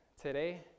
today